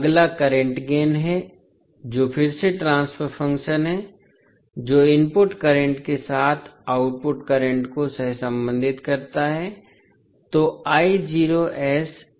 अगला current gain है जो फिर से ट्रांसफर फ़ंक्शन है जो इनपुट करंट के साथ आउटपुट करंट को सहसंबंधित करता है